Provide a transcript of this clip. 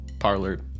Parlor